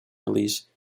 release